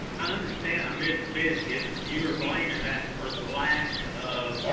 i understand i missed biscuits and you were blaming and that for the lack of